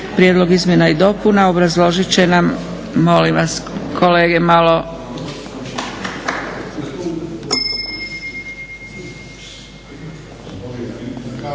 prijedlog izmjena i dopuna obrazložit će nam. Molim vas kolege malo.